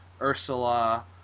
Ursula